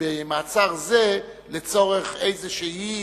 במעצר זה לצורך איזשהי